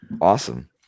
Awesome